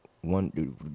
one